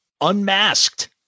unmasked